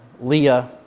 Leah